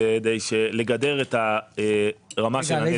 כדי לגדר את הרמה של הנזק.